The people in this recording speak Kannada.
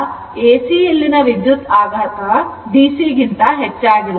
ಆದ್ದರಿಂದ ಎಸಿಯಲ್ಲಿನ ವಿದ್ಯುತ್ ಆಘಾತ ಡಿಸಿಗಿಂತ ಹೆಚ್ಚಾಗಿರುತ್ತದೆ